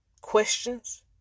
questions